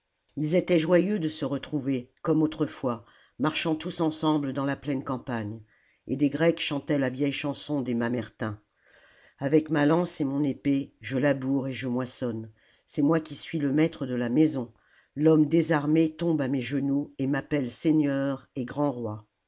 ils étaient joyeux de se retrouver comme autrefois marchant tous ensemble dans la pleine campagne et des grecs chantaient la vieille chanson des mamertins avec ma lance et mon épée je laboure et je moissonne c'est moi qui suis le maître de la maison l'homme désarmé tombe à mes genoux et m'appelle seigneur et grand roi